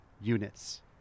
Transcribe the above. units